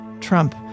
Trump